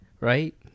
Right